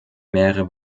mehrere